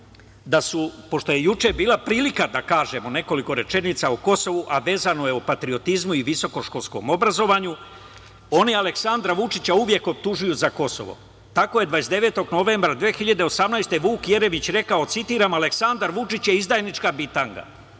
kažem, pošto je juče bila prilika da kažemo nekoliko rečenica o Kosovu, a vezano je o patriotizmu i visokoškolskom obrazovanju, oni Aleksandra Vučića uvek optužuju za Kosovo. Tako je 29. novembra 2018. godine Vuk Jeremić rekao: "Aleksandar Vučić je izdajnička bitanga".Ja